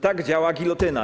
Tak działa gilotyna.